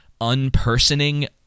unpersoning